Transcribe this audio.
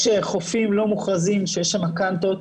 יש חופים לא מוכרזים שיש שם קאנטות.